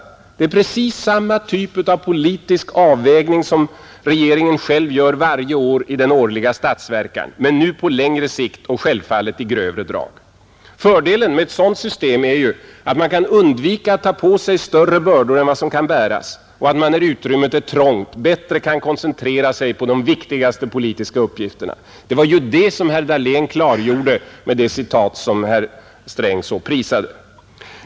Det är precis samma typ av politisk avvägning som regeringen själv gör varje år i den årliga statsverkspropositionen, men nu på längre sikt och självfallet i grövre grad. Fördelen med ett sådant system är att man kan undvika att ta på sig större bördor än vad som kan bäras och att man när utrymmet är trångt bättre kan koncentrera sig på de viktigaste politiska uppgifterna. Det var ju det som herr Dahlén klargjorde med det citat som herr Sträng så prisade.